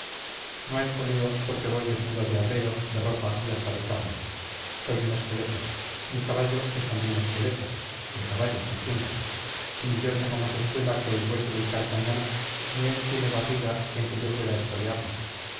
espuela no espoleo porque voy desnudo de arreos de ropa y hasta de carne soy un esqueleto mi caballo es también esqueleto de caballo se entiende y ni yo tengo más espuela que el hueso del carcañal ni él tiene barriga en que yo pueda